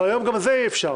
אבל היום את זה אי-אפשר.